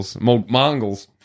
Mongols